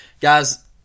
guys